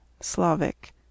Slavic